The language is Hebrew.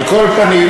על כל פנים,